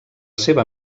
seva